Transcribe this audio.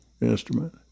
instrument